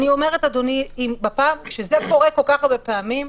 אני אומרת שזה קורה כל כך הרבה פעמים,